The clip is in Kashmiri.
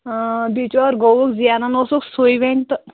آ بِچور گووُکھ زینَن اوسُکھ سُے وۅنۍ تہٕ